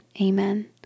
Amen